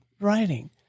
writing